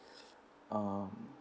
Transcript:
um